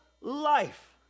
life